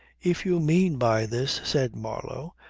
if you mean by this, said marlow,